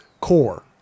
core